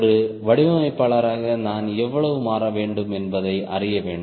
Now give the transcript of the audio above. ஒரு வடிவமைப்பாளராக நான் எவ்வளவு மாற வேண்டும் என்பதை அறிய வேண்டும்